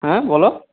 হ্যাঁ বলো